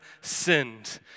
sinned